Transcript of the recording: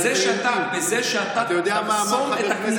אתה יודע מה אמר חבר כנסת